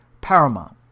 paramount